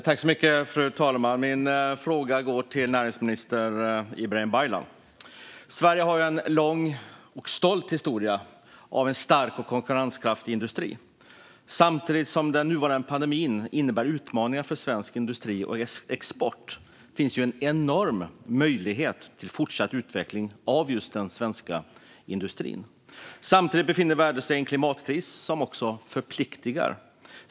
Fru talman! Min fråga går till näringsminister Ibrahim Baylan. Sverige har en lång och stolt historia av en stark och konkurrenskraftig industri. Samtidigt som den nuvarande pandemin innebär utmaningar för svensk industri och export finns ju en enorm möjlighet till fortsatt utveckling av just den svenska industrin. Samtidigt befinner sig världen i en klimatkris som också förpliktar.